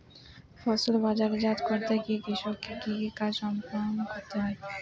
ফসল বাজারজাত করতে গিয়ে কৃষককে কি কি কাজ সম্পাদন করতে হয়?